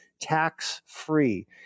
tax-free